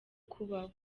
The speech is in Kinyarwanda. kubaho